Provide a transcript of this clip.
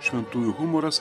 šventųjų humoras